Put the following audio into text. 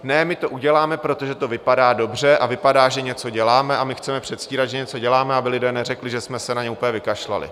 Ne, my to uděláme, protože to vypadá dobře a vypadá, že něco děláme, a my chceme předstírat, že něco děláme, aby lidé neřekli, že jsme se na ně úplně vykašlali.